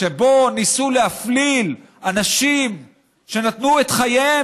שבה ניסו להפליל אנשים שנתנו את חייהם